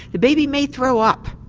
the baby may throw up.